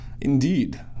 Indeed